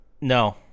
no